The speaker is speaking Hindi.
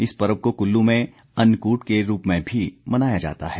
इस पर्व को कुल्लू में अन्नकूट के रूप में मनाया जाता है